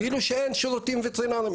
כאילו שאין שירותים וטרינרים,